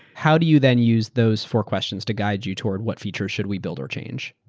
how do you then use those four questions to guide you toward what features should we build or change?